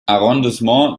arrondissement